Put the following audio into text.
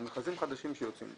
על מכרזים חדשים שיוצאים.